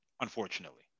Unfortunately